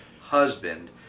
husband